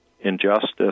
injustice